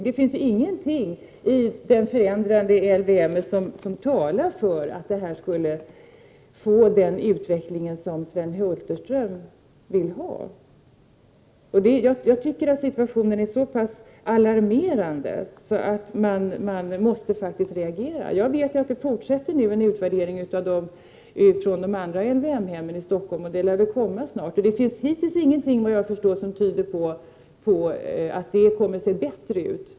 Det finns ingenting i den förändrade LVM-vården som talar för att vi skulle få den utveckling som Sven Hulterström vill ha. Jag anser att situationen är så pass alarmerande att man måste reagera. Jag vet att man fortsätter med en utvärdering av de andra LYM-hemmen i Stockholm, och resultaten av den utvärderingen lär väl komma snart. Hittills finns det emellertid, såvitt jag förstår, ingenting som tyder på att det kommer att se bättre ut.